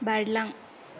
बारलां